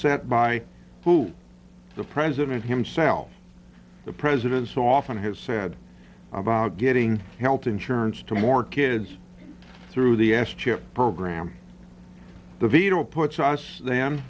set by who the president himself the president so often has said about getting health insurance to more kids through the s chip program the veto puts us th